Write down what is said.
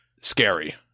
scary